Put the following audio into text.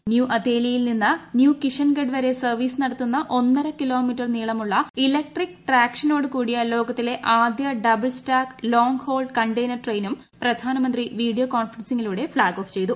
new അതേലിയിൽ നിന്ന് new Kishangarh വരെ സർവീസ് നടത്തുന്ന ഒന്നരകിലോമീറ്റർ നീളമുള്ള ഇലക്ട്രിക് ട്രാക്ഷനോട് കൂടിയ ലോകത്തെ ആദ്യ double stack long haul container ട്രെയിനും പ്രധാനമന്ത്രി വീഡിയോ കോൺഫറൻസിംഗിലൂടെ ഫ്ളാഗ് ഓഫ് ചെയ്തു